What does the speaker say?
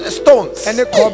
stones